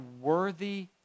worthy